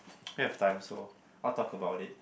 we have time so I'll talk about it